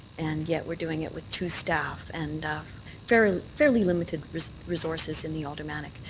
and yet we're doing it with two staff, and fairly fairly limited resources in the aldermanic.